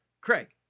Craig